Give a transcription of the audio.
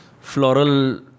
Floral